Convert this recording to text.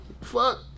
Fuck